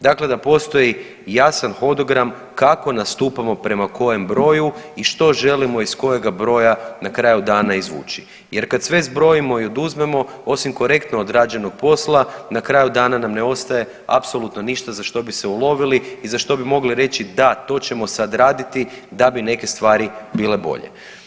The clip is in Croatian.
Dakle, da postoji jasan hodogram kako nastupamo prema kojem broju i što želimo iz kojega broja na kraju dana izvući jer kad sve zbrojim i oduzmemo osim korektno odrađenog posla na kraju dana nam ne ostaje apsolutno ništa za što bi se ulovili i za što bi mogli reći da to ćemo sad raditi da bi neke stvari bile bolje.